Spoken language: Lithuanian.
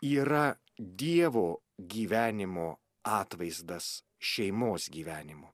yra dievo gyvenimo atvaizdas šeimos gyvenimo